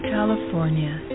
California